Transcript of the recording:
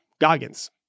Goggins